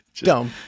Dumb